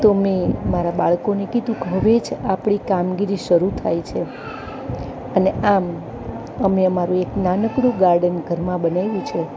તો મેં મારા બાળકોને કીધું કે હવે જ આપણી કામગીરી શરૂ થાય છે અને આમ અમે અમારું એક નાનકડું ગાર્ડન ઘરમાં બનાવ્યું છે